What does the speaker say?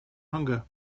hunger